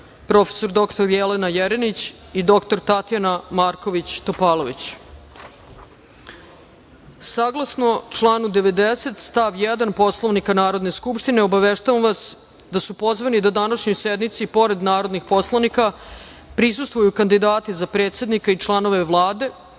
prof. dr Jelena Jerinić i dr Tatjana Marković Topalović. Saglasno članu 90. stav 1. Poslovnika Narodne skupštine, obaveštavam vas da su pozvani da današnjoj sednici, pored narodnih poslanika, prisustvuju kandidati za predsednika i članove